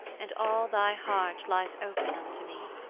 and all thy heart lies open unto me.